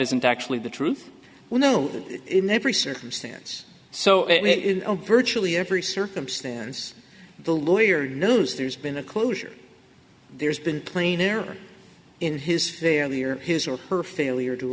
isn't actually the truth you know every circumstance so virtually every circumstance the lawyer knows there's been a closure there's been plain error in his failure his or her failure to